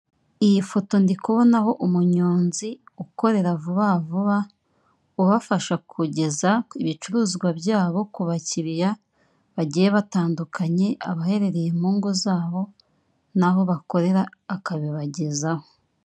Iyi foto ndikubonaho umunyonzi ukorera vuba vuba ubafasha kugeza ibicuruzwa byabo ku bakiliya bagiye batandukanye, abaherereye mu ngo zabo n'aho bakorera akabibagezaho.